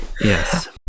Yes